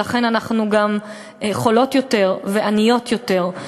ולכן אנחנו גם חולות יותר ועניות יותר.